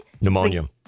pneumonia